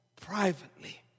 privately